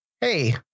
hey